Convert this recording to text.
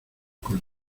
con